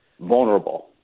vulnerable